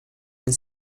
and